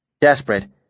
Desperate